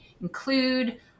include